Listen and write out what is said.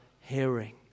hearing